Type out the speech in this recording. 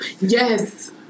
Yes